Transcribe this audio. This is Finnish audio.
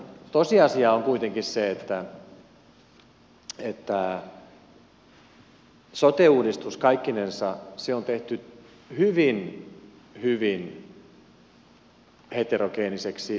tosiasia on kuitenkin se että sote uudistus kaikkinensa on tehty hyvin hyvin heterogeeniseksi